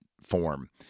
form